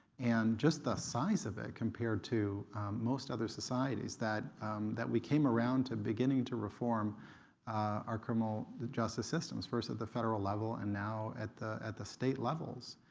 and just the size of it compared to most other societies, that that we came around to beginning to reform our criminal justice systems, first at the federal level and now at the at the state levels.